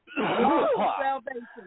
salvation